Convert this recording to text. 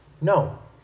No